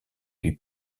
lui